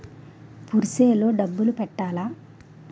Purse లో డబ్బులు పెట్టలా?